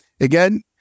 again